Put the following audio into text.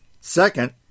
Second